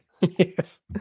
Yes